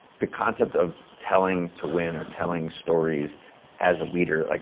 the concept of telling to win or telling stories as a leader, like